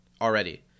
already